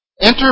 Enter